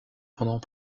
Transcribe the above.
pendant